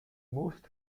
most